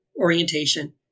orientation